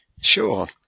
Sure